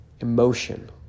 emotion